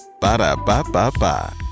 Ba-da-ba-ba-ba